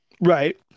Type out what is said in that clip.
Right